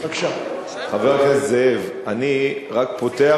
חבר הכנסת זאב, אני רק פותח